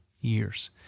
years